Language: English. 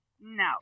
No